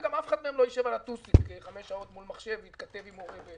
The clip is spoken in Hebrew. וגם אף אחד מהם לא יישב על הטוסיק חמש שעות מול מחשב ויתכתב עם מורה.